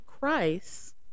Christ